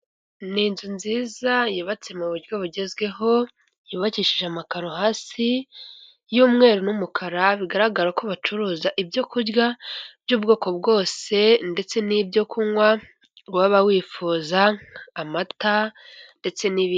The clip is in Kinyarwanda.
Ni inzu nziza yubatse mu buryo bugezweho. yubakishije amakaro hasi y'umweru n'umukara, bigaragara ko bacuruza ibyo kurya by'ubwoko bwose, ndetse n'ibyo kunywa. Waba wifuza amata ndetse n'ibindi.